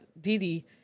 Didi